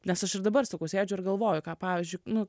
nes aš ir dabar sakau sėdžiu ir galvoju ką pavyzdžiui nu